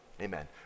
Amen